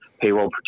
payroll